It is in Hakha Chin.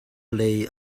lei